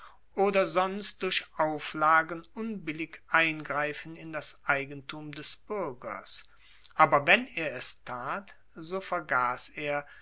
oder sonst durch auflagen unbillig eingreifen in das eigentum des buergers aber wenn er es tat so vergass er